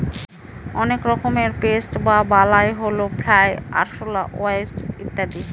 অনেক রকমের পেস্ট বা বালাই হল ফ্লাই, আরশলা, ওয়াস্প ইত্যাদি